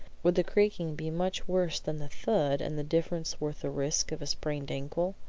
would the creaking be much worse than the thud, and the difference worth the risk of a sprained ankle?